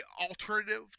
alternative